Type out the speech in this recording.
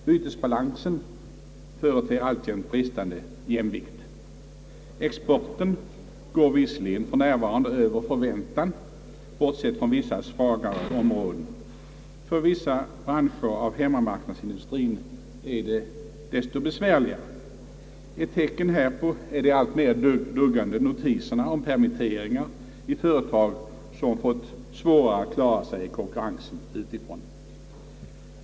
Bytesbalansen företer alltjämt bristande jämvikt. Exporten går visserligen f. n. över förväntan, bortsett från vissa svagare områden. För vissa branscher av hemmamarknadsindustrien är det desto besvärligare. Ett tecken härpå är de alltmera duggande notiserna om permitteringar i företag, som fått det svårare att klara sig i konkurrensen utifrån.